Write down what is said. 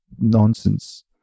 nonsense